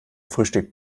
frühstück